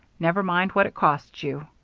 never mind what it costs you.